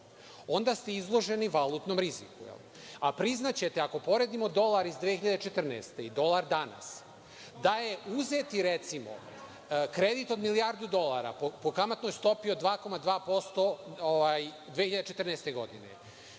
onda ste izloženi valutnom riziku. Priznaćete, ako poredimo dolar iz 2014. godine i dolar danas, da je uzet recimo kredit od milijardu dolara po kamatnoj stopi od 2,2% 2014. godine,